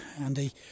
Andy